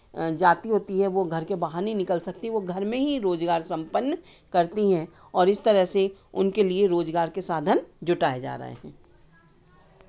जाती ओती है वो घर के बाहर नहीं निकल सकती वो घर में ही रोज़गार सम्पन्न करती हैं और इस तरह से उनके लिए रोज़गार के साधन जुटाए जा रहे हैं